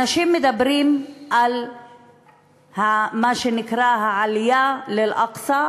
אנשים מדברים על מה שנקרא העלייה לאל-אקצא,